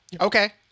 Okay